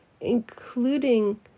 including